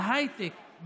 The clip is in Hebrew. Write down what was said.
בהייטק,